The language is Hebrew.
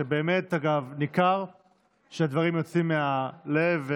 שבאמת, אגב, ניכר שהדברים יוצאים מהלב.